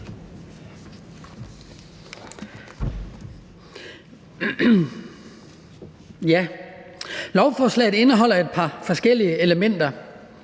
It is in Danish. Lovforslaget indeholder et par forskellige elementer.